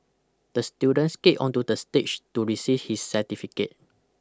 the student skated onto the stage to receive his certificate